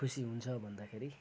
खुसी हुन्छ भन्दाखेरि